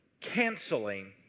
canceling